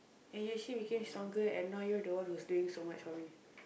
and you actually became stronger and now you're the one whose doing so much for me